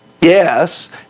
yes